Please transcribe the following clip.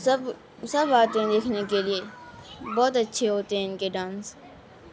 سب سب آتے ہیں دیکھنے کے لیے بہت اچھے ہوتے ہیں ان کے ڈانس